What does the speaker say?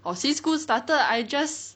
orh since school started I just